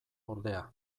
ordea